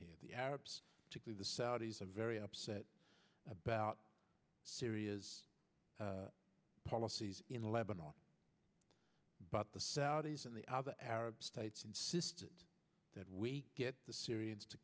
here the arabs to the saudis are very upset about syria's policies in lebanon but the saudis and the other arab states insisted that we get the syrians to